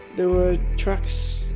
there were trucks.